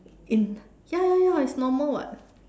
in ya ya ya it's normal [what]